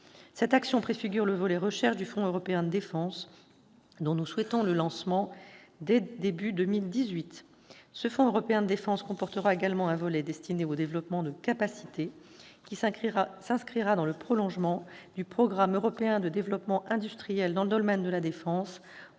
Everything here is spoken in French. Cette action préfigure le volet « recherche » du Fonds européen de la défense, dont nous souhaitons le lancement au début de 2018. Ce fonds comportera également un volet destiné au développement de capacités, qui s'inscrira dans le prolongement du programme européen de développement industriel dans le domaine de la défense,